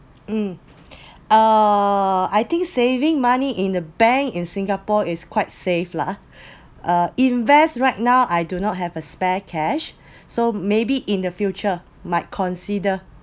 um err I think saving money in the bank in singapore is quite safe lah uh invest right now I do not have a spare cash so maybe in the future might consider